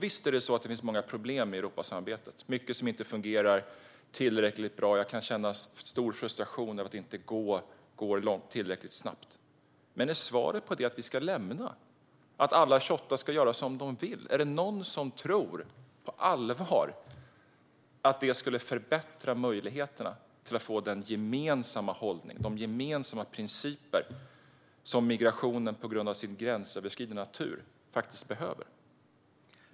Visst är det så att det finns många problem i Europasamarbetet; det är mycket som inte fungerar tillräckligt bra. Jag kan känna stor frustration över att det inte går tillräckligt snabbt. Men är svaret på det att vi ska lämna EU och att alla 28 länder ska göra som de vill? Är det någon som på allvar tror att det skulle förbättra möjligheterna att få den gemensamma hållning och de gemensamma principer som migrationen på grund av sin gränsöverskridande natur faktiskt behöver?